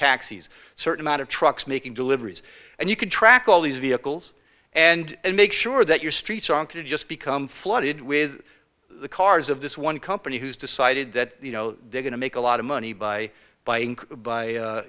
taxis certain amount of trucks making deliveries and you could track all these vehicles and make sure that your streets are just become flooded with the cars of this one company who's decided that you know they're going to make a lot of money by b